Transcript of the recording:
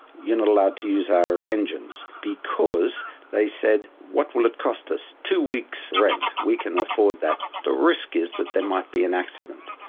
you're not allowed to use our engines, because they said, what will it cost us? two weeks rent, we can afford that. the risk is that there might be an accident.